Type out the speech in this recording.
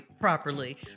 properly